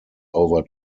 over